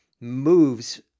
moves